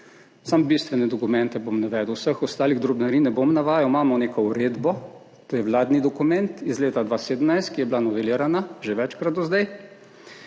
Samo bistvene dokumente bom navedel, vseh ostalih drobnarij ne bom navajal. Imamo neko uredbo, to je vladni dokument iz leta 2017, ki je bila novelirana že večkrat do zdaj.